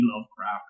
lovecraft